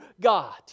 God